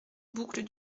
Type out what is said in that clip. boucle